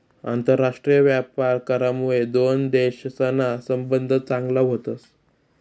आंतरराष्ट्रीय व्यापार करामुये दोन देशसना संबंध चांगला व्हतस